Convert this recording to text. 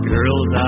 Girls